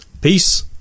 Peace